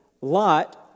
Lot